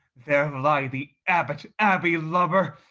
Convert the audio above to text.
there lie the abbot, abbey-lubber,